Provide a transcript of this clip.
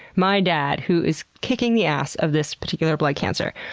my dad, who is kicking the ass of this particular blood cancer.